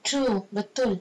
true betul